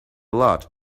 lot